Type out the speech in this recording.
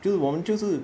就是我们就是